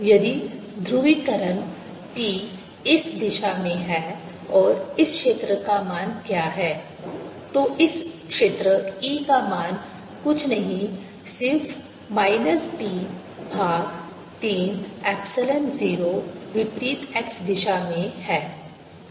यदि ध्रुवीकरण P इस दिशा में है और इस क्षेत्र का मान क्या है तो इस क्षेत्र E का मान कुछ नहीं सिर्फ माइनस P भाग 3 एप्सिलॉन 0 विपरीत x दिशा में है